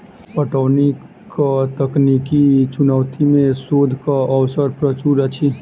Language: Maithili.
पटौनीक तकनीकी चुनौती मे शोधक अवसर प्रचुर अछि